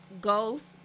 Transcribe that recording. ghost